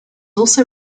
also